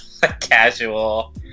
casual